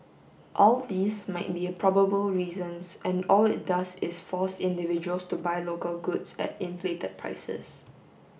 all these might be a probable reasons and all it does is force individuals to buy local goods at inflated prices